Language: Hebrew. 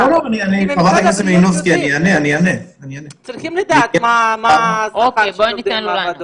כי במשרד הבריאות צריכים לדעת מה השכר של עובדי המעבדות.